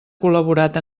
col·laborat